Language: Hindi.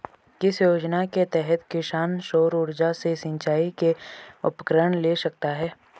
किस योजना के तहत किसान सौर ऊर्जा से सिंचाई के उपकरण ले सकता है?